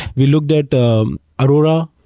we looked at aurora,